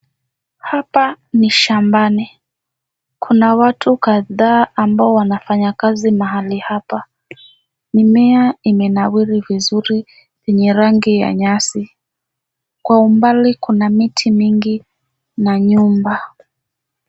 Hapa ni shambani. Kuna watu kadhaa ambao wanafanya kazi mahali hapa. Mimea imenawiri vizuri kwenye rangi ya nyasi. Kwa umbali kuna miti mingi na nyumba.